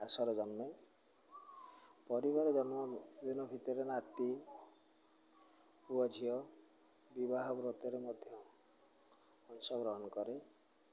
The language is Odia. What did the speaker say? ଆସର ଜମେ ପରିବାର ଜନ୍ମ ଦିନ ଭିତରେ ନାତି ପୁଅ ଝିଅ ବିବାହ ବ୍ରତରେ ମଧ୍ୟ ଅଂଶଗ୍ରହଣ କରେ